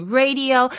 radio